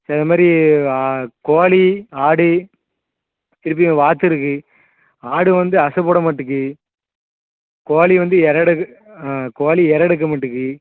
சரி இது மாதிரி கோழி ஆடு திருப்பியும் வாத்து இருக்குது ஆடு வந்து அசை போட மாட்டேங்கு கோழி வந்து இரை எடுக்க ஆ கோழி இரை எடுக்க மாட்டேங்கு